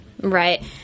Right